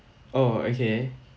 oh okay